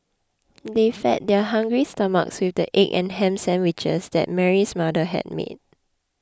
they fed their hungry stomachs with the egg and ham sandwiches that Mary's mother had made